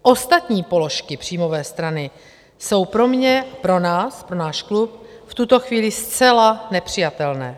Ostatní položky příjmové strany jsou pro mě pro nás, pro náš klub v tuto chvíli zcela nepřijatelné.